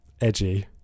Edgy